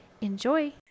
Enjoy